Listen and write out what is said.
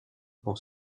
vont